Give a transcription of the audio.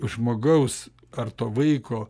žmogaus ar to vaiko